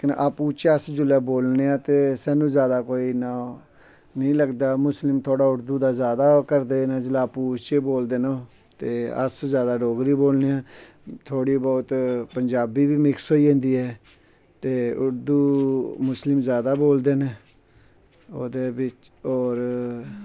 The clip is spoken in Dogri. लेकिन अप्पू चे जेल्लै अस बोलने आं ते साह्नू जादा कोई नी लगदा मुस्लिम थोह्ड़ा उर्दू दा जादा ओह् करदे न जेल्लै अप्पू चें बोलदे न ते अस जादा डोगरी बोलने आं थोह्ड़ी बहुत पंजाबी बी मिक्स होई जंदी ऐ ते उर्दू मुस्लिम जादा बोलदे नै ओह्दै बिच्च होर और